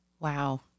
Wow